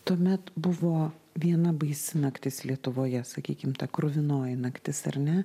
tuomet buvo viena baisi naktis lietuvoje sakykim ta kruvinoji naktis ar ne